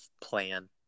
plan